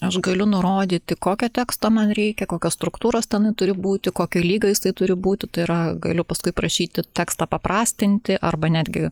aš galiu nurodyti kokio teksto man reikia kokios struktūros tenai turi būti kokio lygio jisai turi būti tai yra galiu paskui prašyti teksto paprastinti arba netgi